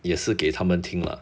也是给他们听了